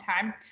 time